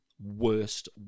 worst